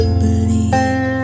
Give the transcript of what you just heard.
believe